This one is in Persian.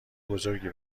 بزرگی